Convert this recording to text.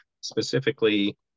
specifically